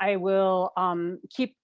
i will um keep